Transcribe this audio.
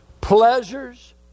pleasures